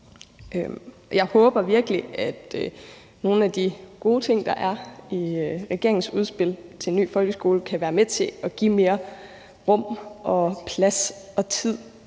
Jeg håber virkelig, at nogle af de gode ting, der er i regeringens udspil til en ny folkeskole, kan være med til at give mere rum og plads og tid